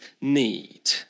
need